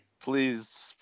Please